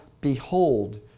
behold